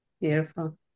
Beautiful